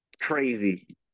Crazy